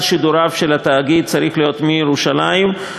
שידוריו של התאגיד צריך להיות מירושלים,